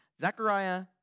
Zechariah